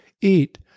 eat